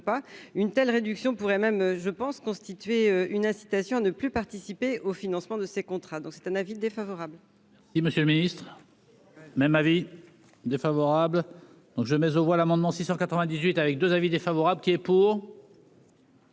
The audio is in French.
une telle réduction pourrait même je pense constituer une incitation à ne plus participer au financement de ces contrats, donc c'est un avis défavorable. Y'Monsieur le Ministre, même avis. Défavorable, donc je mais aux voix l'amendement 698 avec 2 avis défavorable qui est pour.